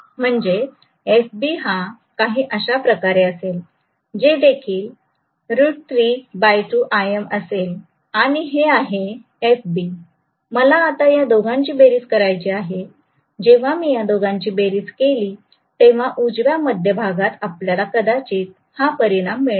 म्हणजे FB हा काही अशा प्रकारे असेल जे देखील √32 Im असेल आणि हे आहे FB मला आता या दोघांची बेरीज करायची आहेजेव्हा मी या दोघांची बेरीज केली तेव्हा उजव्या मध्यभागात आपल्याला कदाचित हा परिणाम मिळेल